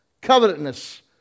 covetousness